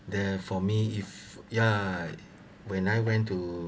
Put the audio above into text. there for me if ya when I went to